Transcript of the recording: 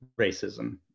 racism